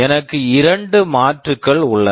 எனக்கு இரண்டு மாற்றுகள் உள்ளன